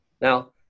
Now